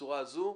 בצורה הזו,